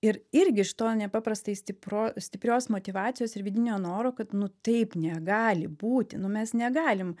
ir irgi iš to nepaprastai stipro stiprios motyvacijos ir vidinio noro kad nu taip negali būti nu mes negalim